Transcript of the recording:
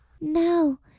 no